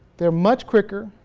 they're much quicker,